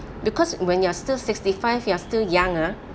because when you're still sixty five you are still young ah